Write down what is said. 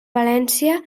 valència